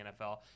NFL